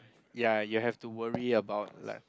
ya you have to worry about like